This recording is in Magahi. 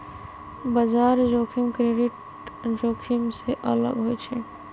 बजार जोखिम क्रेडिट जोखिम से अलग होइ छइ